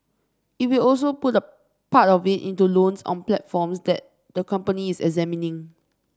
it will also put a part of it into loans on platforms that the company is examining